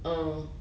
um